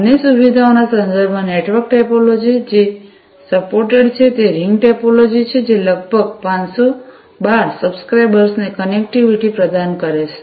અન્ય સુવિધાઓના સંદર્ભમાં નેટવર્ક ટોપોલોજી network topology કે જે સપોર્ટેડ છે તે રિંગ ટોપોલોજી છે જે લગભગ 512 સબ્સ્ક્રાઇબર્સને કનેક્ટિવિટી પ્રદાન કરશે